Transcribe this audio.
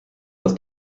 dass